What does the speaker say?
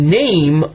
name